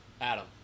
Adam